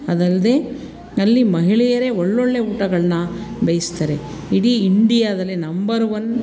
ಅದಲ್ಲದೇ ಅಲ್ಲಿ ಮಹಿಳೆಯರೇ ಒಳ್ಳೊಳ್ಳೆ ಊಟಗಳನ್ನ ಬೇಯಿಸ್ತಾರೆ ಇಡೀ ಇಂಡಿಯಾದಲ್ಲೇ ನಂಬರ್ ಒನ್